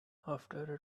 after